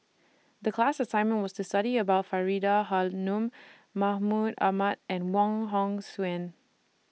The class assignment was to study about Faridah Hanum Mahmud Ahmad and Wong Hong Suen